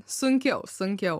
sunkiau sunkiau